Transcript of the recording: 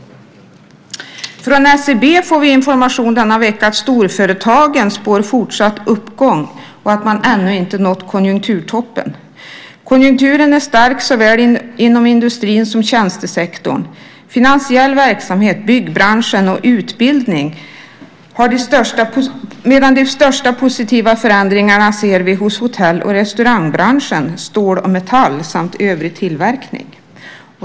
Från SCB får vi denna vecka information om att storföretagen spår fortsatt uppgång och att man ännu inte nått konjunkturtoppen. Konjunkturen är stark inom såväl industrin som tjänstesektorn. Det handlar om finansiell verksamhet, byggbranschen och utbildning medan vi ser de största positiva förändringarna hos hotell och restaurangbranschen, stål och metall samt övrig tillverkning.